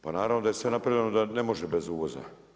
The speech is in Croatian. Pa naravno da je sve napravljeno da ne može bez uvoza.